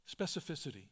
Specificity